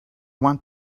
want